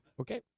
Okay